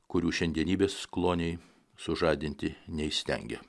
kurių šiandienybės kloniai sužadinti neįstengė